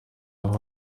aho